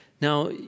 Now